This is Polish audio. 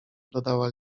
dodała